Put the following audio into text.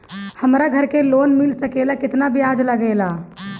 हमरा घर के लोन मिल सकेला केतना ब्याज लागेला?